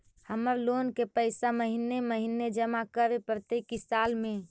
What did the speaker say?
हमर लोन के पैसा महिने महिने जमा करे पड़तै कि साल में?